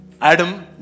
Adam